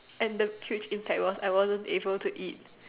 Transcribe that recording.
and the huge impact was I wasn't able to eat